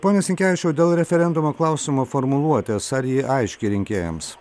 pone sinkevičiau dėl referendumo klausimo formuluotės ar ji aiški rinkėjams